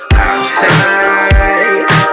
Outside